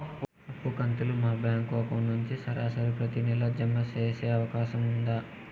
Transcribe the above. అప్పు కంతులు మా బ్యాంకు అకౌంట్ నుంచి సరాసరి ప్రతి నెల జామ సేసే అవకాశం ఉందా?